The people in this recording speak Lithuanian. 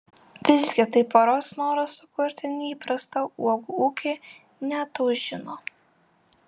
visgi tai poros noro sukurti neįprastą uogų ūkį neataušino